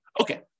Okay